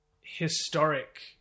historic